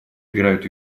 играют